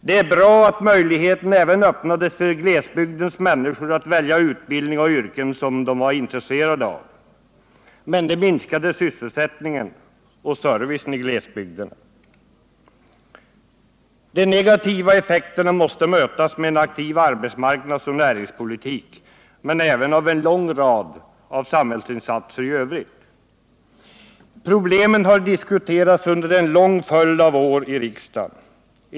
Det Nr 44 var bra att möjligheter öppnades även för glesbygdens människor att välja utbildning och yrken som de var intresserade av, men det minskade sysselsättningen och servicen i glesbygden. De negativa effekterna måste mötas med en aktiv arbetsmarknadsoch näringspolitik men även av en lång rad samhällsinsatser i övrigt. Problemen har diskuterats under en lång följd av år i riksdagen.